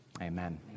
amen